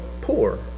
poor